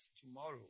tomorrow